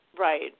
Right